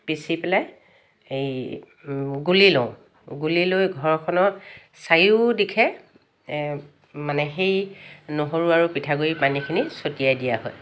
পিচি পেলাই এই গুলি লওঁ গুলি লৈ ঘৰখনত চাৰিওদিশে মানে সেই নহৰু আৰু পিঠাগুড়ি পানীখিনি ছটিয়াই দিয়া হয়